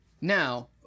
Now